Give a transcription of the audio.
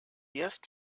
erst